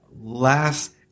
last